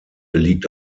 liegt